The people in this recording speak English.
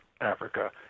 Africa